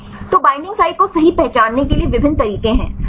तो binding site को सही पहचानने के लिए विभिन्न तरीके हैं